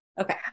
okay